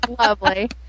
Lovely